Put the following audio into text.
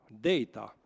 data